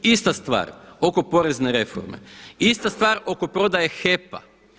Ista stvar oko porezne reforme, ista stvar oko prodaje HEP-a.